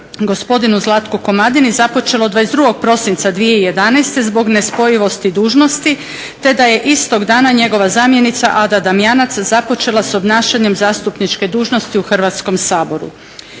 gospodinu Zlatku Komadini započelo 22.prosicna 2011.zbog nespojivosti dužnosti te da je istog dana njegova zamjenica Ada Damjanac započela s obnašanjem zastupničke dužnosti u Hrvatskom saboru.